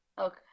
Okay